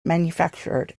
manufactured